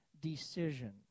decision